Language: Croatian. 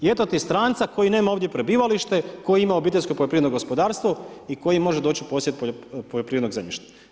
I eto ti stranca koji nema ovdje prebivalište, koji ima obiteljsko poljoprivredno gospodarstvo i koji može doći u posjed poljoprivrednog zemljišta.